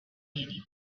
anything